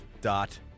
dot